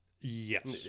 Yes